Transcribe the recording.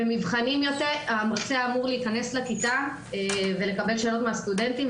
במבחנים המרצה אמור להיכנס לכיתה ולקבל שאלות מהסטודנטים,